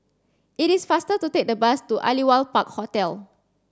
it is faster to take the bus to Aliwal Park Hotel